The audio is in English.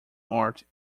art